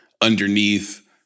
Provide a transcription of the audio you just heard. underneath